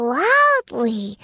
loudly